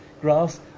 graphs